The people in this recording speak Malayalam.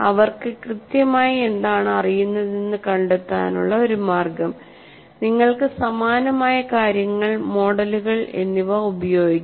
അവർക്ക് കൃത്യമായി എന്താണ് അറിയുന്നതെന്ന് കണ്ടെത്താനുള്ള ഒരു മാർഗ്ഗം നിങ്ങൾക്ക് സമാനമായ കാര്യങ്ങൾ മോഡലുകൾ എന്നിവ ഉപയോഗിക്കാം